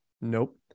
Nope